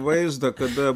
vaizdą kada